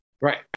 right